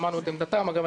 שמענו את עמדתם אגב,